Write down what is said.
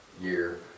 year